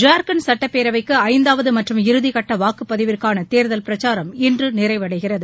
ஜார்க்கண்ட் சட்டப்பேரவைக்கு ஐந்தாவது மற்றும் இறுதிக்கட்ட வாக்குப்பதிக்கான தேர்தல் பிரச்சாரம் இன்று நிறைவடைகிறது